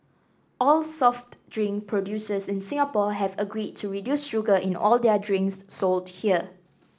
all soft drink producers in Singapore have agreed to reduce sugar in all their drinks sold here